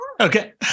Okay